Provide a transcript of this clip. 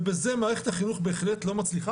ובזה, מערכת החינוך בהחלט לא מצליחה.